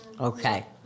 Okay